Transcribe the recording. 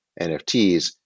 NFTs